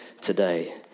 today